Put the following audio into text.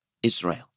Israel